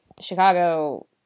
Chicago